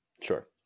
Sure